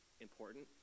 important